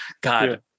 god